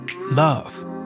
love